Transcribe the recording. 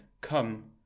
come